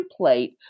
template